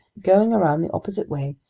going around the opposite way,